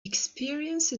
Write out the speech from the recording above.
experience